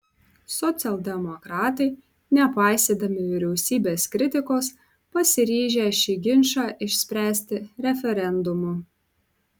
socialdemokratai nepaisydami vyriausybės kritikos pasiryžę šį ginčą išspręsti referendumu